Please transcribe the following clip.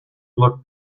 looked